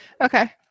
Okay